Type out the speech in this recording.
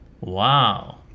Wow